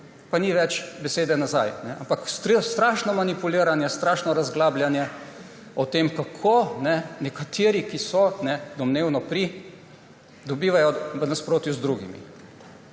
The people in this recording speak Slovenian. Pa ni več besede nazaj. Ampak strašno manipuliranje, strašno razglabljanje o tem, kako nekateri, ki so domnevno pri, dobivajo v nasprotju z drugimi.